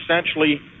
essentially